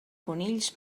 conills